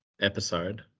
episode